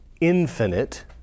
infinite